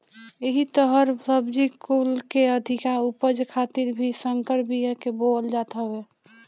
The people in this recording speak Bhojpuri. एही तहर सब्जी कुल के अधिका उपज खातिर भी संकर बिया के बोअल जात हवे